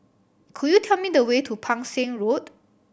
could you tell me the way to Pang Seng Road